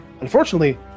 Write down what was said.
unfortunately